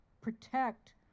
protect